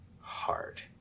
hard